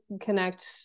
connect